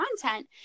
content